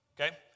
okay